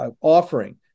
offering